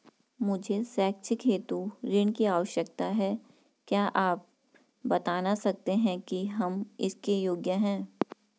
मुझे शैक्षिक हेतु ऋण की आवश्यकता है क्या आप बताना सकते हैं कि हम इसके योग्य हैं?